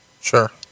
Sure